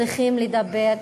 צריכים לדבר,